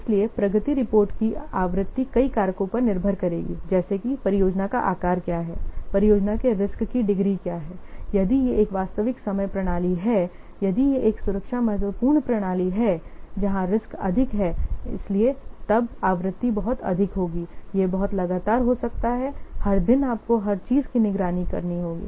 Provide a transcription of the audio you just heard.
इसलिए प्रगति रिपोर्ट की आवृत्ति कई कारकों पर निर्भर करेगी जैसे कि परियोजना का आकार क्या है परियोजना के रिस्क की डिग्री क्या है यदि यह एक वास्तविक समय प्रणाली है यदि यह एक सुरक्षा महत्वपूर्ण प्रणाली है जहां रिस्क अधिक है इसलिए तब आवृत्ति बहुत अधिक होगी यह बहुत लगातार हो सकता है हर दिन आपको इस चीज की निगरानी करनी होगी